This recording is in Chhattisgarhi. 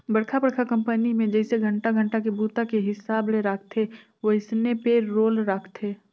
बड़खा बड़खा कंपनी मे जइसे घंटा घंटा के बूता के हिसाब ले राखथे वइसने पे रोल राखथे